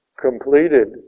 completed